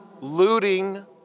Looting